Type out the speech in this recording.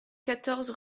quatorze